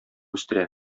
үстерә